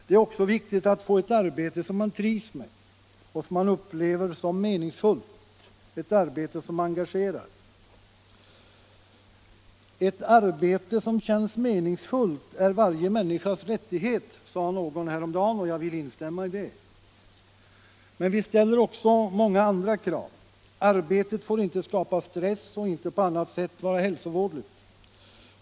Det är också viktigt att få ett arbete som man trivs med och som man upplever som meningsfullt — ett arbete som engagerar. Ett arbete som känns meningsfullt är varje människas rättighet, sade någon häromdagen, och jag vill instämma i det. Men vi ställer också många andra krav. Arbetet får inte skapa stress och inte på annat sätt vara hälsovådligt.